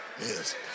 yes